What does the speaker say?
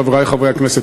חברי חברי הכנסת,